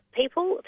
people